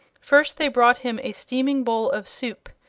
first they brought him a steaming bowl of soup,